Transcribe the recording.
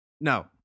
No